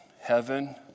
Heaven